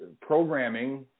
programming